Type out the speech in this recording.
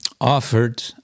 offered